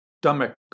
stomach